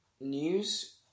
news